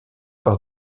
par